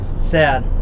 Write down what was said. Sad